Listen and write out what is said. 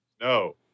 No